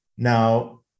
Now